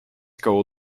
koło